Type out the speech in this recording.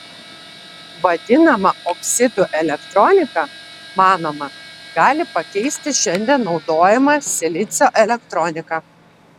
vadinama oksidų elektronika manoma gali pakeisti šiandien naudojamą silicio elektroniką